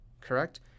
correct